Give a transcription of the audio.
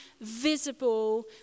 visible